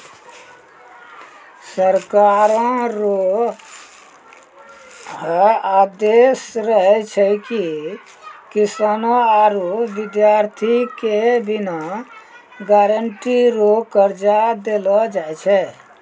सरकारो रो है आदेस रहै छै की किसानो आरू बिद्यार्ति के बिना गारंटी रो कर्जा देलो जाय छै